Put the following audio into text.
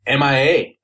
MIA